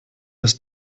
ist